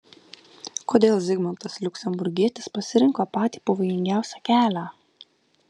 kodėl zigmantas liuksemburgietis pasirinko patį pavojingiausią kelią